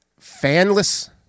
fanless